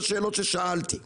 השאלות ששאלתי היו: